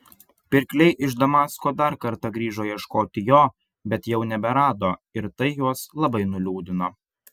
pirkliai iš damasko dar kartą grįžo ieškoti jo bet jau neberado ir tai juos labai nuliūdino